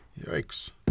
Yikes